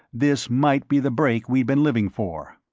this might be the break we'd been living for.